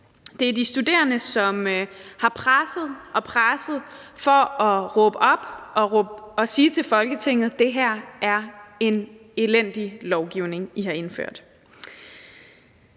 Det er de studerende, som er blevet ved med at presse på og råbe op og sige til Folketinget, at det er en elendig lovgivning, man har indført.